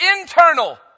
internal